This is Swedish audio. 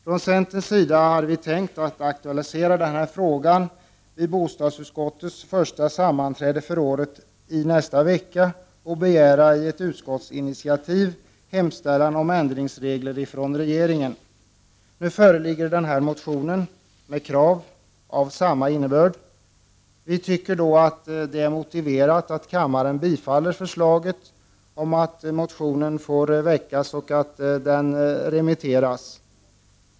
Från centerns sida hade vi tänkt aktualisera denna fråga vid bostadsutskottets första sammanträde för året i nästa vecka och begära hemställan om ändringsregler från regeringen i ett utskottsinitiativ. Nu föreligger denna motion med krav av samma innebörd. Vi tycker att det är motiverat att kammaren bifaller förslaget om att motionen får väckas och att den skall remitteras.